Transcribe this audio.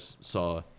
saw